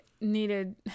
needed